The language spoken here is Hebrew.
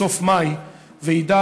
בסוף מאי ועידה,